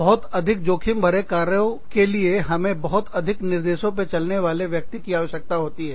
बहुत अधिक जोखिम भरे कार्यों के लिए हमें बहुत अधिक निर्देशों पर चलने वाले व्यक्ति की आवश्यकता होती है